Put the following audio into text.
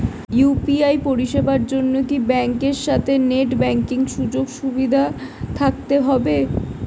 UPI পরিষেবার জন্য কি ব্যাংকের সাথে নেট ব্যাঙ্কিং সুযোগ সুবিধা থাকতে হবে?